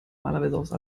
normalerweise